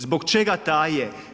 Zbog čega taje?